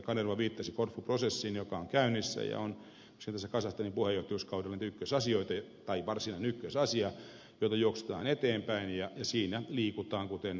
kanerva viittasi korfu prosessiin joka on käynnissä ja se on esimerkiksi tällä kazakstanin puheenjohtajuuskaudella varsinainen ykkösasia jota juoksutetaan eteenpäin ja siinä liikutaan kuten ed